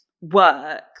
work